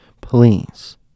please